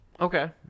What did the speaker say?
Okay